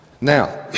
Now